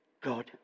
God